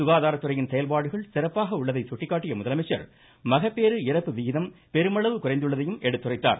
சுகாதாரத்துறையின் செயல்பாடுகள் சிறப்பாக உள்ளதை சுட்டிக்காட்டிய முதலமைச்சர் மகப்பேறு இறப்பு விகிதம் பெருமளவு குறைந்துள்ளதையும் எடுத்துரைத்தார்